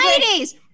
Ladies